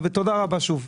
תודה רבה שוב.